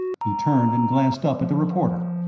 he turned and glanced up at the reporter.